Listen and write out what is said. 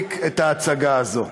נפסיק את ההצגה הזאת.